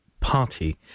Party